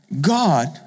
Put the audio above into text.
God